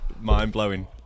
mind-blowing